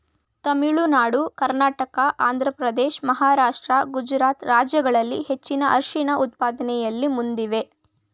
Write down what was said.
ತಮಿಳುನಾಡು ಕರ್ನಾಟಕ ಆಂಧ್ರಪ್ರದೇಶ ಮಹಾರಾಷ್ಟ್ರ ಗುಜರಾತ್ ರಾಜ್ಯಗಳು ಹೆಚ್ಚಿನ ಅರಿಶಿಣ ಉತ್ಪಾದನೆಯಲ್ಲಿ ಮುಂದಿವೆ